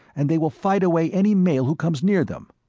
and they will fight away any male who comes near them.